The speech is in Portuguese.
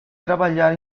trabalhar